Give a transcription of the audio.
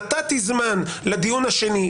נתתי זמן לדיון השני,